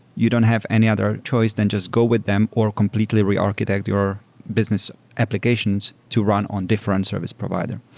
you don't have any other choice than just go with them or completely re-architect your business applications to run on different service provider.